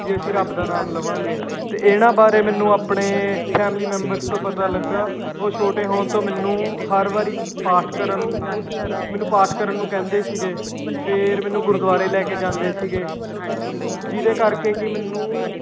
ਜੇ ਅਸੀਂ ਰੱਬ ਦਾ ਨਾਮ ਲਵਾਂਗੇ ਅਤੇ ਇਹਨਾਂ ਬਾਰੇ ਮੈਨੂੰ ਆਪਣੇ ਫੈਮਿਲੀ ਮੈਂਬਰਸ ਤੋਂ ਪਤਾ ਲੱਗਿਆ ਉਹ ਛੋਟੇ ਹੋਣ ਤੋਂ ਮੈਨੂੰ ਹਰ ਵਾਰ ਪਾਠ ਕਰਨ ਮੈਨੂੰ ਪਾਠ ਕਰਨ ਨੂੰ ਕਹਿੰਦੇ ਸੀਗੇ ਫਿਰ ਮੈਨੂੰ ਗੁਰਦੁਆਰੇ ਲੈ ਕੇ ਜਾਂਦੇ ਸੀਗੇ ਜਿਹਦੇ ਕਰਕੇ ਕਿ ਮੈਨੂੰ